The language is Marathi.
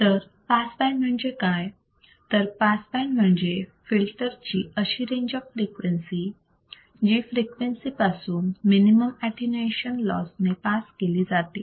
तर पास बँड म्हणजे काय तर पास बँड म्हणजे फिल्टरची अशी रेंज ऑफ फ्रिक्वेन्सी जी फिल्टर मधून मिनिमम अटीन्यूएशन लॉस ने पास केली जाते